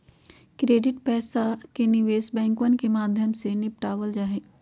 credit पैसा के निवेश बैंकवन के माध्यम से निपटावल जाहई